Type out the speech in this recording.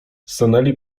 stanęli